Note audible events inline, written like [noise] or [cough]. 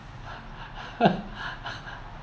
[laughs]